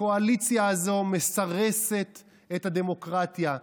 הקואליציה הזאת מסרסרת את הדמוקרטיה,